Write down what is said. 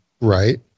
Right